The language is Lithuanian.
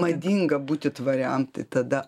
madinga būti tvariam tai tada